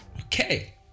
okay